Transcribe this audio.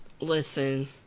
listen